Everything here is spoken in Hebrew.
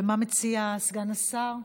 מה מציע סגן השר?